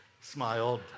smiled